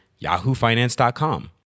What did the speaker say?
yahoofinance.com